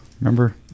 Remember